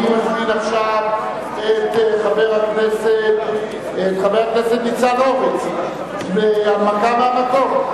אני מזמין עכשיו את חבר הכנסת ניצן הורוביץ להנמקה מהמקום,